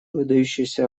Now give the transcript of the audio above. выдающееся